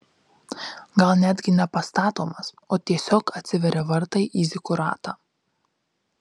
gal netgi ne pastatomas o tiesiog atsiveria vartai į zikuratą